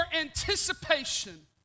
anticipation